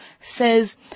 says